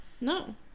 No